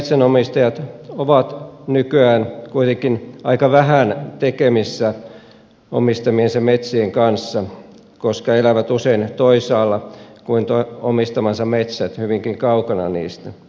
monet metsänomistajat ovat nykyään kuitenkin aika vähän tekemisissä omistamiensa metsien kanssa koska elävät usein toisaalla kuin omistamansa metsät hyvinkin kaukana niistä